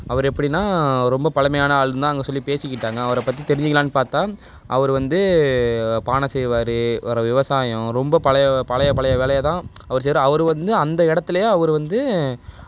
அவர் எப்படின்னா ரொம்ப பழமையான ஆள்ன்னு தான் அங்கே சொல்லி பேசிக்கிட்டாங்க அவரை பற்றி தெரிஞ்சிக்கலான்னு பார்த்தா அவர் வந்து பானை செய்வார் வேறு விவசாயம் ரொம்ப பழைய பழைய பழைய வேலையை தான் அவர் செய்யுற அவர் வந்து அந்த இடத்துலையே அவர் வந்து